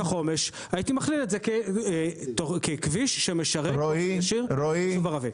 החומש הייתי מכליל את זה ככביש שמשרת יישוב ערבי.